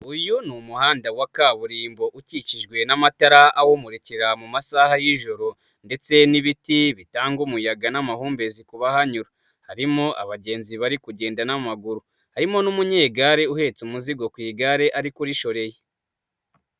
Uyu ni umuhanda wa kaburimbo ukikijwe n'amatara awumurikira mu masaha y'ijoro ndetse n'ibiti bitanga umuyaga n'amahumbezi kubahanyura, harimo abagenzi bari kugenda n'amaguru, harimo n'umunyegare uhetse umuzigo ku igare ariko urishoreye.